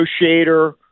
negotiator